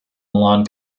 milan